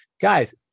guys